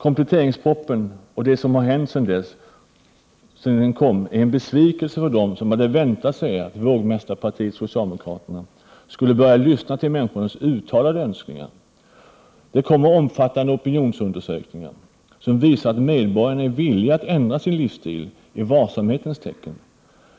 Kompletteringspropositionen och det som har hänt sedan den kom är en besvikelse för dem som hade väntat sig att vågmästarpartiet socialdemokraterna skulle börja lyssna till människornas uttalade önskningar. Omfattande opinionsundersökningar visar att medborgarna är villiga att ändra sin livsstil i varsamhetens tecken.